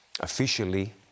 Officially